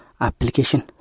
application